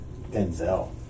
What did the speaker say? Denzel